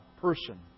person